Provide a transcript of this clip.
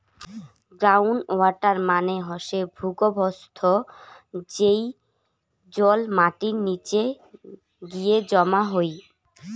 ground water মানে হসে ভূর্গভস্থ, যেই জল মাটির নিচে গিয়ে জমা হই